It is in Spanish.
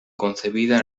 concebida